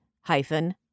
hyphen